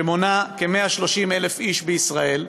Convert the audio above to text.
שמונה כ-130,000 איש בישראל,